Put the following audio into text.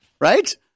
right